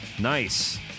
Nice